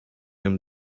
him